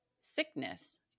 sickness